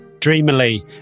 dreamily